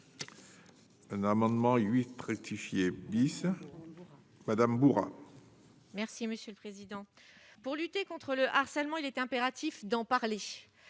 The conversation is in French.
Un amendement 8 rectifié bis madame bourrin. Merci monsieur le président, pour lutter contre le harcèlement, il est impératif d'en parler,